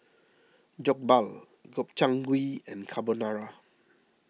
Jokbal Gobchang Gui and Carbonara